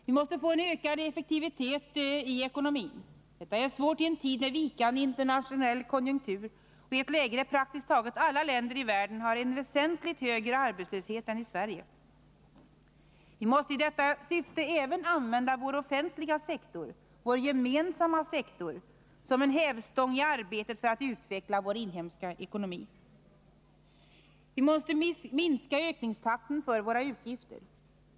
Vi måste få en ökad aktivitet i ekonomin. Detta är svårt i en tid med vikande internationell konjunktur och i ett läge där praktiskt taget alla länder i världen har en väsentligt högre arbetslöshet än Sverige. Vi måste i detta syfte även använda vår offentliga sektor — vår gemensamma sektor — som en hävstång i arbetet för att utveckla vår inhemska ekonomi. Vi måste minska ökningstakten för våra utgifter.